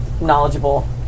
knowledgeable